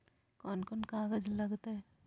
कौन कौन कागज लग तय?